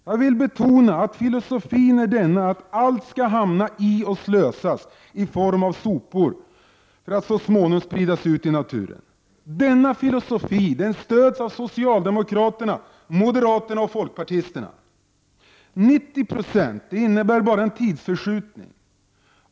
Jag vill betona att filosofin är denna, att allt skall hamna i soporna och slösas i form av sopor, för att så småningom spridas ut i naturen. Denna filosofi stöds av socialdemokraterna, moderaterna och folkpartisterna. 90 20 innebär bara en tidsförskjutning.